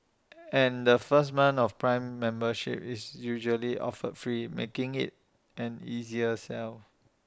and the first month of prime membership is usually offered free making IT an easier sell